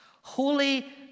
Holy